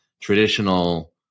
traditional